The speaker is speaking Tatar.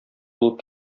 булып